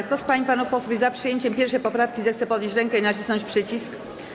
Kto z pań i panów posłów jest za przyjęciem 1. poprawki, zechce podnieść rękę i nacisnąć przycisk.